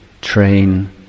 train